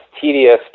tedious